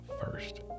first